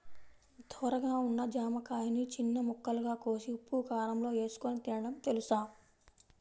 ధోరగా ఉన్న జామకాయని చిన్న ముక్కలుగా కోసి ఉప్పుకారంలో ఏసుకొని తినడం తెలుసా?